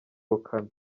ubukana